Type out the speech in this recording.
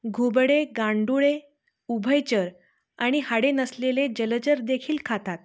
घुबडे गांडुळे उभयचर आणि हाडे नसलेले जलचर देखील खातात